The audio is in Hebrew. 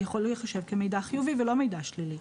יכול להיחשב כמידע חיובי ולא מידע שלילי.